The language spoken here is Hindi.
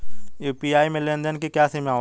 यू.पी.आई में लेन देन की क्या सीमा होती है?